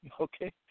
Okay